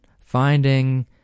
finding